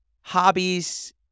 hobbies